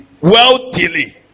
wealthily